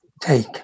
take